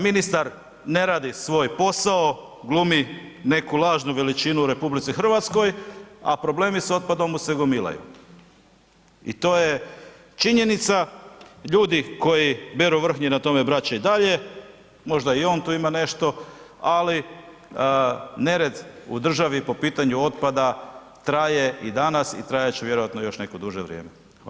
Ministar ne radi svoj posao, glumi neku lažnu veličinu u RH, a problemi s otpadom mu se gomilaju i to je činjenica, ljudi koji beru vrhnje na tome, brat će i dalje, možda i on tu ima nešto, ali nered u državi po pitanju otpada traje i danas i trajat će vjerojatno još neko duže vrijeme.